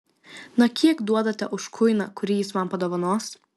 na kiek duodate už kuiną kurį jis man padovanos